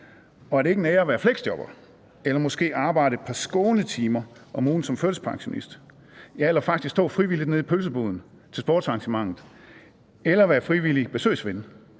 er det ikke en ære at være fleksjobber eller måske arbejde et par skånetimer om ugen som førtidspensionist eller stå frivilligt nede i pølseboden til sportsarrangementet eller være frivillig besøgsven?